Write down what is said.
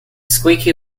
squeaky